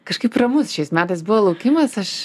kažkaip ramus šiais metais buvo laukimas aš